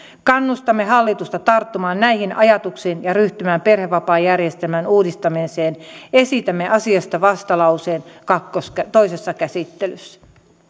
kannustamme hallitusta tarttumaan näihin ajatuksiin ja ryhtymään perhevapaajärjestelmän uudistamiseen esitämme asiasta vastalauseen toisessa käsittelyssä